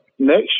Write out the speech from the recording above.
Next